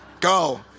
Go